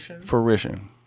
fruition